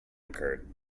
occurred